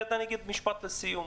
אני אגיד משפט לסיום.